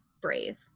brave